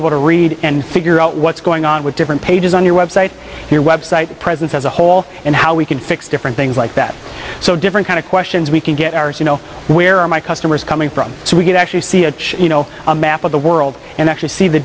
able to read and figure out what's going on with different pages on your website your website presence as a whole and how we can fix different things like that so different kind of questions we can get ours you know where are my customers coming from so we can actually see you know a map of the world and actually see the